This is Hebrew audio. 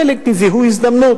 חלק כזיהוי הזדמנות.